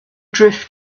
drift